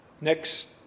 Next